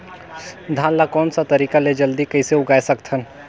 धान ला कोन सा तरीका ले जल्दी कइसे उगाय सकथन?